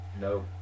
no